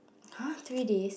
!huh! three days